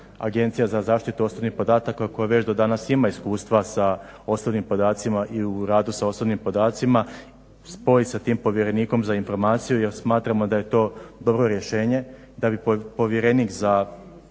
Agencija za zaštitu osobnih podataka koja već do danas ima iskustva sa osobnim podacima i u radu sa osobnim podacima spoji s tim povjerenikom za informaciju, jer smatramo da je to prvo rješenje da bi povjerenik za informiranje